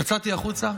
יצאתי החוצה